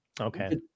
Okay